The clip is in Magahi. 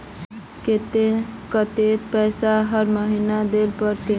केते कतेक पैसा हर महीना देल पड़ते?